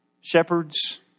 shepherds